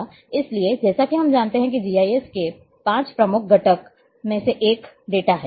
इसलिए जैसा कि हम जानते हैं कि जीआईएस के 5 प्रमुख घटकों में से एक डेटा है